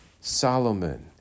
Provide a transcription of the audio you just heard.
Solomon